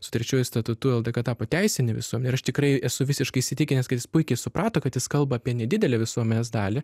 su trečiuoju statutu ldk tapo teisinė visuomenė ir aš tikrai esu visiškai įsitikinęs kad jis puikiai suprato kad jis kalba apie nedidelę visuomenės dalį